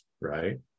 right